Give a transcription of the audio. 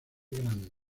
grandes